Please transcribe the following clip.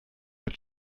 mit